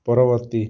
ପରବର୍ତ୍ତୀ